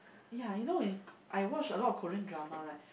ya you know is I watched a lot of Korea Drama right